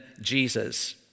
Jesus